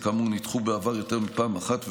הן כאמור נדחו בעבר יותר מפעם אחת,